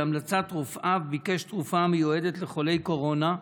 בהמלצת רופאיו ביקש תרופה המיועדת לחולי קורונה,